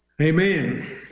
Amen